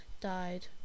died